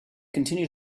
continue